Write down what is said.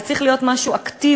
זה צריך להיות משהו אקטיבי,